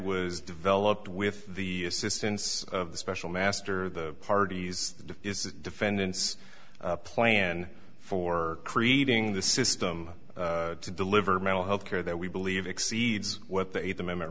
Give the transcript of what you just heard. was developed with the assistance of the special master the parties the defendants plan for creating the system to deliver mental health care that we believe exceeds what the eighth amendment